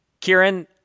Kieran